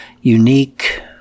unique